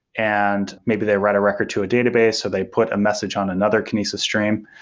and maybe they write a record to a database, so they put a message on another kinesis stream.